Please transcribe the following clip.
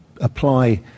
apply